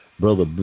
Brother